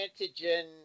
antigen